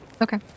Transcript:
Okay